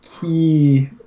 key